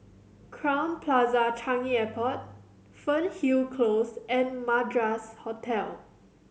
Crowne Plaza Changi Airport Fernhill Close and Madras Hotel